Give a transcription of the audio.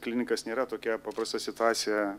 klinikas nėra tokia paprasta situacija